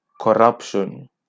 corruption